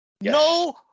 No